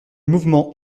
mouvement